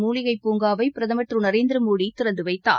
மூலிகை பூங்காவைபிரதமர் திருநரேந்திரமோடிதிறந்துவைத்தார்